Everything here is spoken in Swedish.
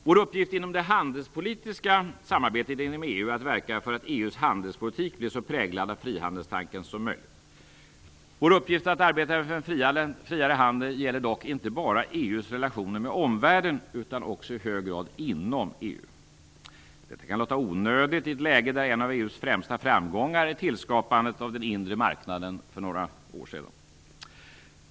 Vår uppgift inom det handelspolitiska samarbetet inom EU är att verka för att EU:s handelspolitik blir så präglad av frihandelstanken som möjligt. Vår uppgift att arbeta för en friare handel gäller dock inte bara EU:s relationer med omvärlden utan också i hög grad inom EU. Detta kan låta onödigt i ett läge där en av EU:s främsta framgångar är tillskapandet av den inre marknaden för några år sedan.